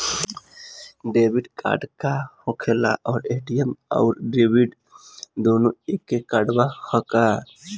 Debit card का होखेला और ए.टी.एम आउर डेबिट दुनों एके कार्डवा ह का?